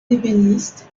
ébéniste